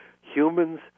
Humans